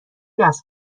دست